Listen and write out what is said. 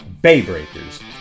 baybreakers